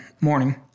morning